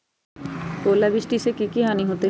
ओलावृष्टि से की की हानि होतै?